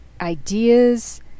ideas